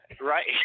right